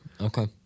okay